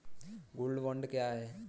Gold bond क्या है?